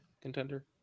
contender